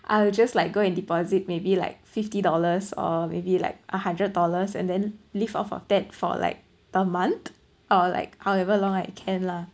I’ll just like go and deposit maybe like fifty dollars or maybe like a hundred dollars and then live off of that for like a month or like however long I can lah